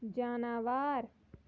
جاناوار